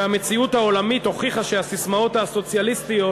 והמציאות העולמית הוכיחה שהססמאות הסוציאליסטיות